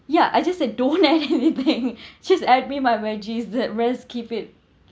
ya I just said don't add anything just add me my veggies the rest keep it